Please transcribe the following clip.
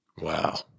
Wow